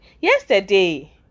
Yesterday